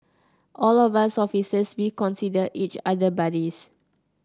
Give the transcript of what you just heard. all of us officers we consider each other buddies